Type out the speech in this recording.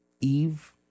Eve